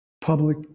Public